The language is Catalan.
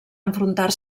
enfrontar